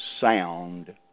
sound